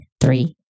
Three